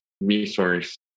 resource